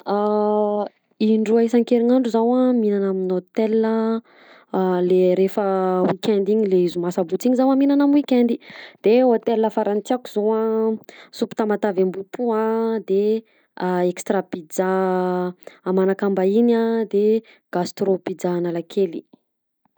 Indroa isan-kerignandro zaho a mihinana amin'ny hôtel a, a le refa wenkend iny le zoma sabotsy iny zaho mihinana am weekend de hôtel farany tiàko zao a soupe Tamatavy ambohipo a, de extra pizza a Manakambahiny a, de gastro pizza Analakely.